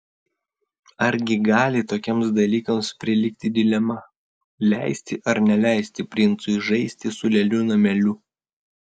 argi gali tokiems dalykams prilygti dilema leisti ar neleisti princui žaisti su lėlių nameliu